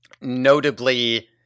Notably